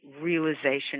realization